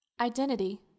identity